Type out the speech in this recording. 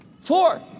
four